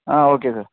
ah okay sir